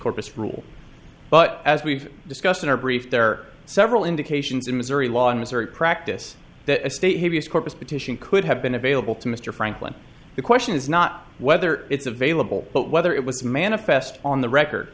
corpus rule but as we've discussed in our brief there are several indications in missouri law in missouri practice that a state hideous corpus petition could have been available to mr franklin the question is not whether it's available but whether it was manifest on the record